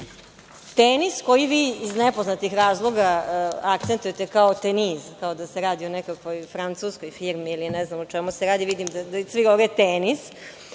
„Tenis“ koji vi iz nepoznatih razloga akcentujete kao „teniz“ kao da se radi o nekakvoj francuskoj firmi ili ne znam o čemu se radi, najavljena investicija